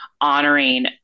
honoring